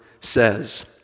says